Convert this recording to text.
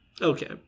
Okay